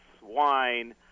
wine